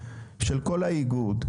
של כל האיגוד,